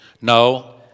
No